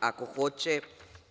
Ako hoće,